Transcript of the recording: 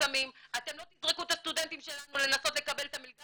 אתם לא תזרקו את הסטודנטים שלנו לנסות לקבל את המלגה,